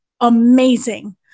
amazing